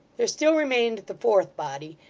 there still remained the fourth body,